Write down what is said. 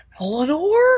eleanor